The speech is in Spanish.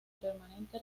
permanente